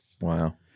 Wow